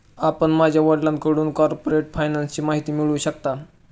आपण माझ्या वडिलांकडून कॉर्पोरेट फायनान्सची माहिती मिळवू शकता